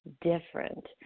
different